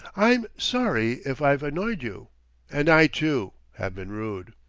i'm sorry if i've annoyed you and i, too, have been rude.